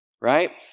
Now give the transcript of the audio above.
Right